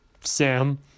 Sam